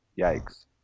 yikes